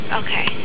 okay